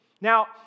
Now